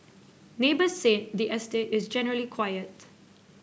neighbours said the estate is generally quiet